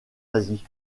asie